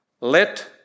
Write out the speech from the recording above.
Let